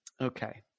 Okay